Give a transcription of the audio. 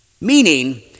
Meaning